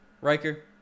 Riker